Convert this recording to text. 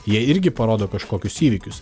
jie irgi parodo kažkokius įvykius